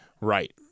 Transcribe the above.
Right